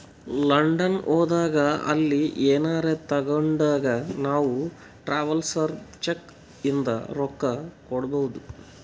London ಹೋದಾಗ ಅಲ್ಲಿ ಏನರೆ ತಾಗೊಂಡಾಗ್ ನಾವ್ ಟ್ರಾವೆಲರ್ಸ್ ಚೆಕ್ ಇಂದ ರೊಕ್ಕಾ ಕೊಡ್ಬೋದ್